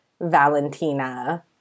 Valentina